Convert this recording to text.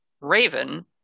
Raven